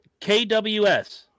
KWS